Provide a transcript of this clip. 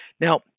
Now